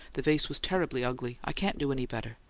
the vase was terribly ugly i can't do any better.